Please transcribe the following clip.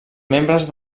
membres